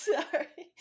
Sorry